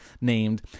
named